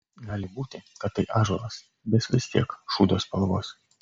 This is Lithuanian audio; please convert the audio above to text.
gali būti kad tai ąžuolas bet vis tiek šūdo spalvos